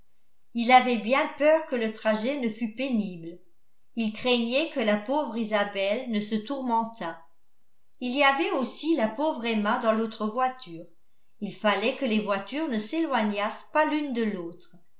il avait bien peur que le trajet ne fût pénible il craignait que la pauvre isabelle ne se tourmentât il y avait aussi la pauvre emma dans l'autre voiture il fallait que les voitures ne s'éloignassent pas l'une de l'autre